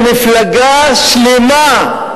ובין מפלגה שלמה,